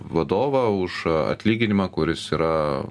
vadovą už atlyginimą kuris yra